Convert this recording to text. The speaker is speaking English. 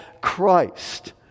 Christ